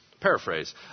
Paraphrase